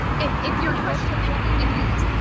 if if your question what you mean,